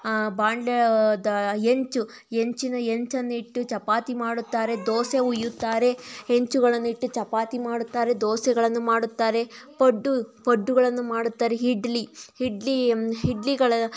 ಆ ಬಾಣ್ಲದ ಹೆಂಚು ಹೆಂಚಿನ ಹೆಂಚನ್ನು ಇಟ್ಟು ಚಪಾತಿ ಮಾಡುತ್ತಾರೆ ದೋಸೆ ಹುಯ್ಯುತ್ತಾರೆ ಹೆಂಚುಗಳನ್ನಿಟ್ಟು ಚಪಾತಿ ಮಾಡುತ್ತಾರೆ ದೋಸೆಗಳನ್ನು ಮಾಡುತ್ತಾರೆ ಪಡ್ಡು ಪಡ್ಡುಗಳನ್ನು ಮಾಡುತ್ತಾರೆ ಇಡ್ಲಿ ಇಡ್ಲಿ ಇಡ್ಲಿಗಳ